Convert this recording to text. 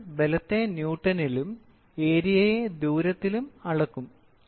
നമ്മൾ ബലത്തെ ന്യൂട്ടണിലും ഏരിയയെ ദൂരത്തിലും അളക്കും